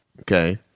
okay